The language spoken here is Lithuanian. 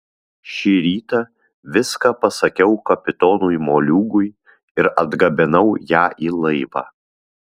šį rytą viską pasakiau kapitonui moliūgui ir atgabenau ją į laivą